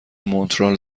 مونترال